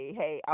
hey